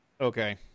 okay